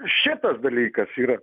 šitas dalykas yra